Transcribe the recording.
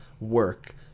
work